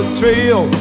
trail